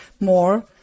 more